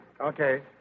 Okay